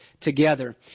together